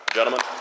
Gentlemen